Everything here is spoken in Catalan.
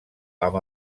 amb